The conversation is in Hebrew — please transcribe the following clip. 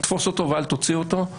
תפוס אותו ואל תוציא אותו,